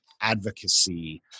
advocacy